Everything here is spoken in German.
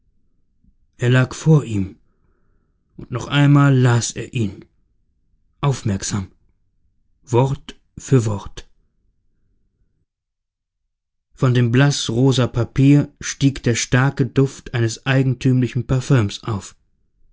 er lag vor ihm und noch einmal las er ihn aufmerksam wort für wort von dem blaßrosa papier stieg der starke duft eines eigentümlichen parfüms auf